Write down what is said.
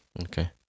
Okay